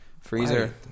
Freezer